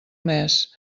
mes